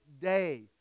day